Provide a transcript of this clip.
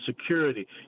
Security